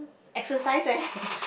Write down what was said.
exercise leh